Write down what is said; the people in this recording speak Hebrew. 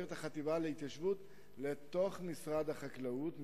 את החטיבה להתיישבות למשרד החקלאות,